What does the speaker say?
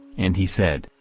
and he said,